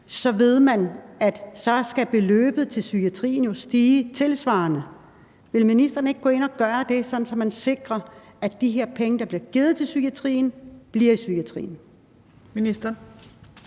ved man, at beløbet til psykiatrien jo skal stige tilsvarende. Vil ministeren ikke gå ind og sørge for det, så man sikrer, at de her penge, der bliver givet til psykiatrien, bliver i psykiatrien? Kl.